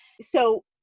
So-